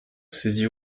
saisie